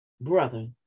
brother